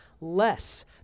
less